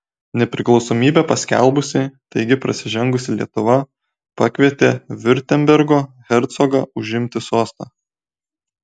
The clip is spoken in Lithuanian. nepriklausomybę paskelbusi taigi prasižengusi lietuva pakvietė viurtembergo hercogą užimti sostą